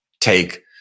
take